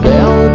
Down